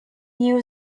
new